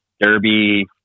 derby